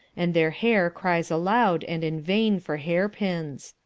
and their hair cries aloud and in vain for hairpins.